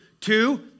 Two